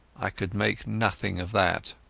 i could make nothing of that.